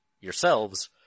yourselves